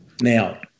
Now